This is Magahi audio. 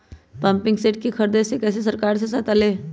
पम्पिंग सेट के ख़रीदे मे कैसे सरकार से सहायता ले?